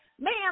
ma'am